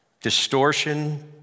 distortion